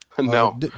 No